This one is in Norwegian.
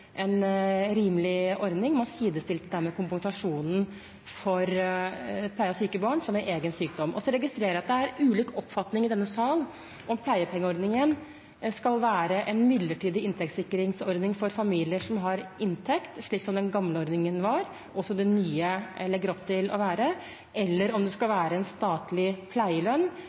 en rimelig ordning, man sidestilte dermed kompensasjonen for pleie av syke barn med egen sykdom. Og så registrerer jeg at det er ulik oppfatning i denne sal om pleiepengeordningen skal være en midlertidig inntektssikringsordning for familier som har inntekt, slik som den gamle ordningen var, og som den nye legger opp til å være, eller om det skal være en statlig pleielønn